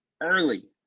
early